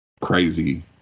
Crazy